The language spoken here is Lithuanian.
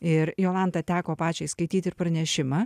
ir jolanta teko pačiai skaityt ir pranešimą